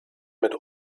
mit